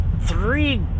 three